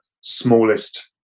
smallest